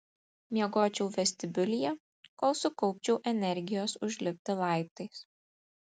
miegočiau vestibiulyje kol sukaupčiau energijos užlipti laiptais